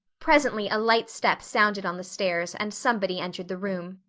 presently a light step sounded on the stairs and somebody entered the room.